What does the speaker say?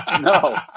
No